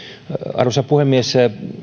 arvoisa puhemies